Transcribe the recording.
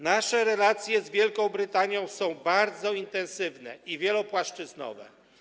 Nasze relacje z Wielką Brytanią są bardzo intensywne i wielopłaszczyznowe.